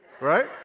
right